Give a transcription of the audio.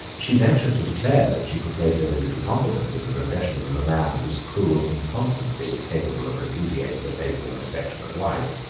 she ventured to declare, that she could place very little confidence in the professions of a man whose cruel inconstancy was capable of repudiating a faithful and affectionate wife.